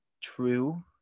true